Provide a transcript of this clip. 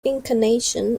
incarnation